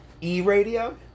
E-radio